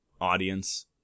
audience